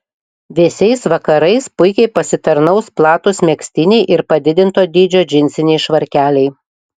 vėsiais vakarais puikiai pasitarnaus platūs megztiniai ir padidinto dydžio džinsiniai švarkeliai